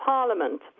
Parliament